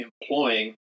employing